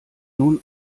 nun